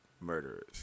murderers